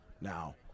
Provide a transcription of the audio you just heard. Now